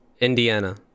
Indiana